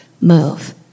move